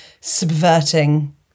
subverting